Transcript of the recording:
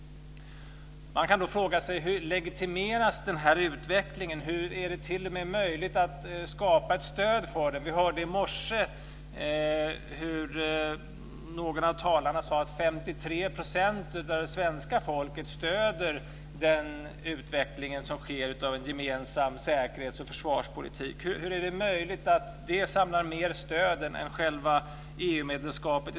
Man kan fråga sig: Hur legitimeras den här utvecklingen? Är det t.o.m. möjligt att skapa ett stöd för den? I morse hörde vi någon av talarna säga att 53 % av svenska folket stöder den utveckling som sker i form av en gemensam säkerhets och försvarspolitik. Men hur är det möjligt att det samlar mer stöd än själva EU-medlemskapet?